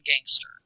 gangster